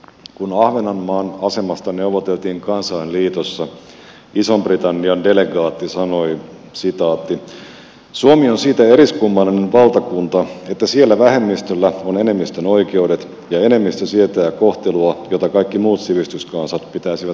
kun ahvenanmaan asemasta neuvoteltiin kansainliitossa ison britannian delegaatti sanoi että suomi on siitä eriskummallinen valtakunta että siellä vähemmistöllä on enemmistön oikeudet ja enemmistö sietää kohtelua jota kaikki muut sivistyskansat pitäisivät kansallisena häpeänä